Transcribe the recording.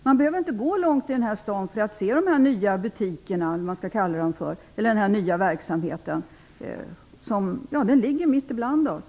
Man behöver inte gå långt i den här staden för att se dessa nya ''butiker'' och denna verksamhet. Den finns mitt ibland oss.